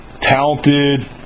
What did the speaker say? talented